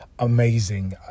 amazing